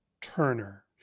turner